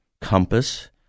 compass